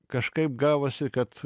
kažkaip gavosi kad